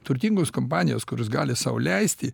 turtingos kompanijos kurios gali sau leisti